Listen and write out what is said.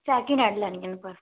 second hand ਲੈਣੀਆਂ ਨੇ ਪਰ